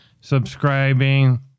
subscribing